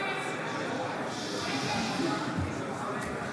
(קוראת בשמות חברי הכנסת)